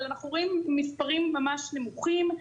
אבל אנחנו רואים מספרים ממש נמוכים,